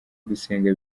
gusenga